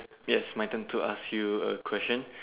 yes my turn to ask you a question